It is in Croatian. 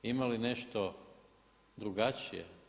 Ima li nešto drugačije?